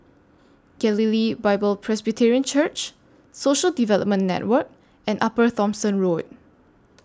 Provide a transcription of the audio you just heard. Galilee Bible Presbyterian Church Social Development Network and Upper Thomson Road